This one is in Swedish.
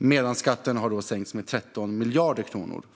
medan skatten för höginkomsttagare har sänkts med 13 miljarder kronor.